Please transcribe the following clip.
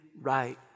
right